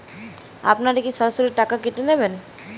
আপনারা কি সরাসরি টাকা কেটে নেবেন?